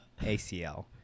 ACL